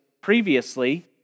previously